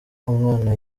umwana